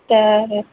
त